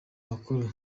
makuru